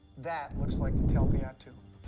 that looks like the talpiot tomb.